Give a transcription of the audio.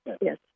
Yes